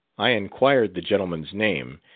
i inquired the gentleman's name,